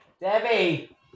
Debbie